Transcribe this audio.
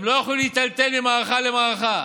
הם לא יכולים להיטלטל ממערכה למערכה.